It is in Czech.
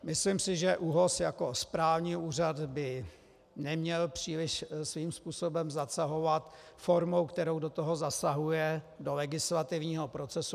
Myslím si, že ÚOHS jako správní úřad byl neměl příliš svým způsobem zasahovat formou, kterou do toho zasahuje, do legislativního procesu.